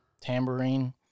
Tambourine